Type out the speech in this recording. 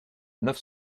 neuf